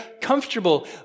comfortable